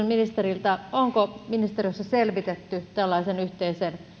ministeriltä onko ministeriössä selvitetty tällaisen yhteisen